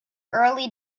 early